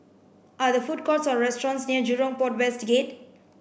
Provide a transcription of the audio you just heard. are the food courts or restaurants near Jurong Port West Gate